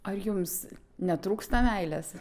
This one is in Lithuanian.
ar jums netrūksta meilės